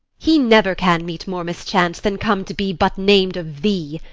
he never can meet more mischance than come to be but nam'd of thee.